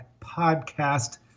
Podcast